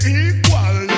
equal